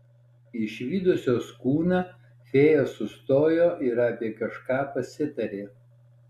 išvydusios kūną fėjos sustojo ir apie kažką pasitarė